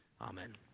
Amen